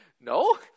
No